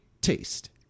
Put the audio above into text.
taste